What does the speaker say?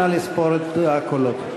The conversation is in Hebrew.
נא לספור את הקולות.